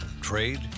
trade